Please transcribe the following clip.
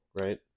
right